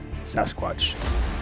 Sasquatch